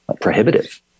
prohibitive